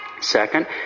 Second